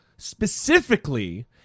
specifically